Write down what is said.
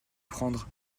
prendre